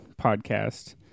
podcast